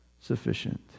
sufficient